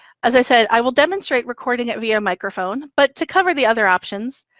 as i said, i will demonstrate recording it via microphone, but to cover the other options,